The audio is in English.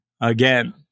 Again